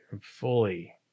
fully